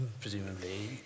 presumably